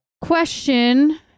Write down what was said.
question